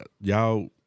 y'all